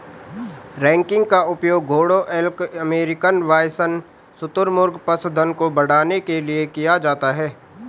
ranking का उपयोग घोड़ों एल्क अमेरिकन बाइसन शुतुरमुर्ग पशुधन को बढ़ाने के लिए किया जाता है